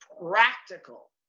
practical